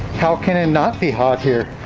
how can it not be hot here?